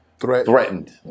threatened